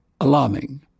alarming